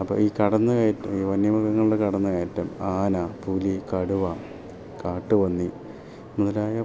അപ്പം ഈ കടന്ന് കയറ്റം ഈ വന്യമൃഗങ്ങളുടെ കടന്ന് കയറ്റം ആന പുലി കടുവ കാട്ടുപന്നി മുതലായ പല